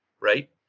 Right